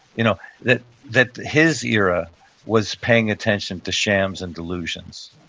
you know that that his era was paying attention to shams and delusions